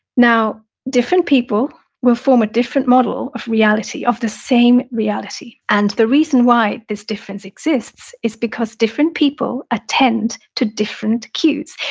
now, different people will form a different model of reality, of the same reality. and the reason why this difference exists is because different people attend to different cues.